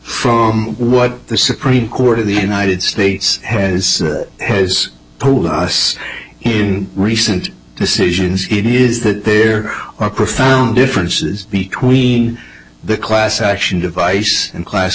from what the supreme court of the united states has has told us in recent decisions it is that there are profound differences between the class action device and class